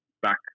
back